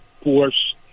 force